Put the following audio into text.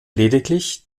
lediglich